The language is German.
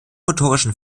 motorischen